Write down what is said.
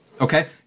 Okay